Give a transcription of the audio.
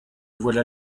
voilà